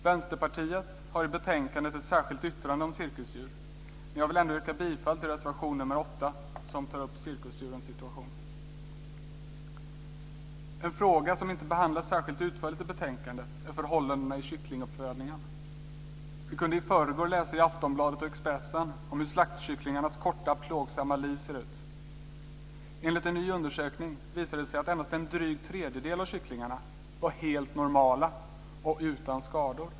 Vänsterpartiet har i betänkandet ett särskilt yttrande om cirkusdjur, men jag vill ändå yrka bifall till reservation 8, som tar upp cirkusdjurens situation. En fråga som inte behandlas särskilt utförligt i betänkandet är förhållandena i kycklinguppfödningen. Vi kunde i förrgår läsa i Aftonbladet och Expressen om hur slaktkycklingarnas korta och plågsamma liv ser ut. Enligt en ny undersökning visar det sig att endast en dryg tredjedel av kycklingarna var helt normala och utan skador.